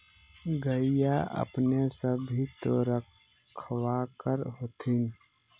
गईया अपने सब भी तो रखबा कर होत्थिन?